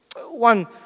One